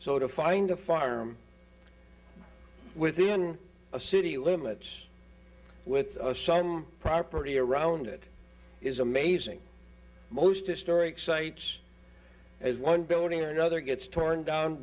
so to find a firearm within a city limits with some property around it is amazing most historic sites as one building or another gets torn down